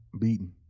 beaten